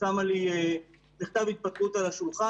שמה לי מכתב התפטרות על השולחן.